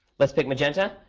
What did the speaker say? let's pick magenta.